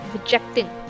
rejecting